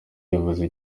bivuze